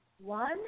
One